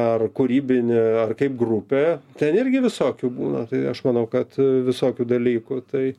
ar kūrybinį ar kaip grupė ten irgi visokių būna tai aš manau kad visokių dalykų tai